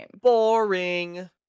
Boring